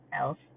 else